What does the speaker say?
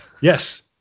Yes